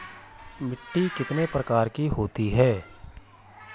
मिट्टी कितने प्रकार की होती है?